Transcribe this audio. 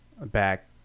back